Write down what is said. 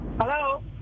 Hello